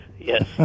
yes